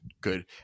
good